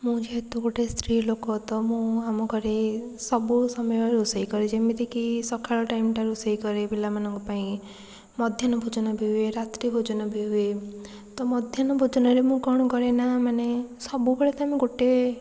ମୁଁ ଯେହେତୁ ଗୋଟେ ସ୍ତ୍ରୀ ଲୋକ ତ ମୁଁ ଆମ ଘରେ ସବୁ ସମୟରେ ରୋଷେଇ କରେ ଯେମିତିକି ସଖାଳ ଟାଇମ୍ଟା ରୋଷେଇ କରେ ପିଲାମାନଙ୍କ ପାଇଁ ମଧ୍ୟାହ୍ନ ଭୋଜନ ବି ହୁଏ ରାତ୍ରି ଭୋଜନ ବି ହୁଏ ତ ମଧ୍ୟାହ୍ନ ଭୋଜନରେ ମୁଁ କ'ଣ କରେ ନା ମାନେ ସବୁବେଳେ ତ ଆମେ ଗୋଟେ